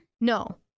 No